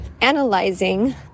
analyzing